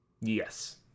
Yes